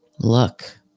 Look